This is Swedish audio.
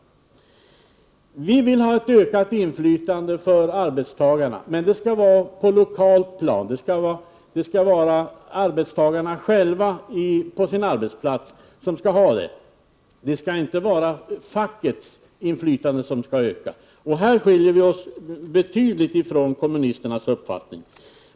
EKS ata SE STR Vi vill ha ett ökat inflytande för arbetstagarna, men det skall vara på lokalt plan. Det skall vara arbetstagarna själva på sin arbetsplats som skall ha det inflytandet. Det skall inte vara fackets inflytande som ökar. Här skiljer sig vår uppfattning betydligt från kommunisternas uppfattning.